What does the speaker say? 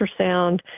ultrasound